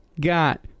got